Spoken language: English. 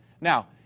Now